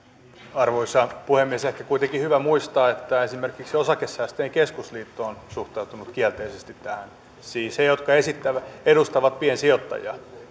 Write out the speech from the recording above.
arvoisa puhemies ehkä kuitenkin on hyvä muistaa kun valtiovarainministeri kertoi tässä näistä hyödyistä että esimerkiksi osakesäästäjien keskusliitto on suhtautunut kielteisesti tähän siis he jotka edustavat piensijoittajia